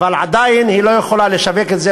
אבל עדיין היא לא יכולה לשווק את זה.